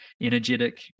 energetic